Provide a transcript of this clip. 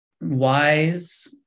wise